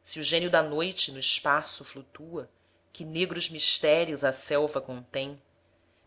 se o gênio da noite no espaço flutua que negros mistérios a selva contém